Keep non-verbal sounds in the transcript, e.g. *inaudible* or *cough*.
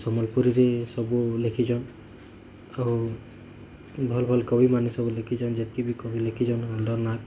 ସମ୍ବଲପୁରୀରେ ସବୁ ଲେଖିଛନ୍ ଆଉ ଭଲ୍ ଭଲ୍ କବିମାନେ ସବୁ ଲେଖିଛନ୍ ଯେତିକି ବି କବି ଲେଖିଛନ୍ *unintelligible*